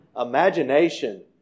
imagination